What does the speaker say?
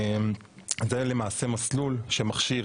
זה למעשה מסלול שמכשיר